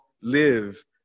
live